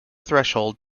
threshold